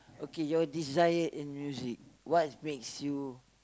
okay your desire in music what makes you